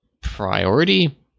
priority